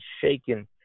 shaking